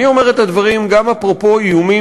אני אומר את הדברים גם אפרופו איומים